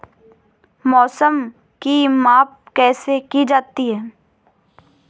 मौसम की माप कैसे की जाती है?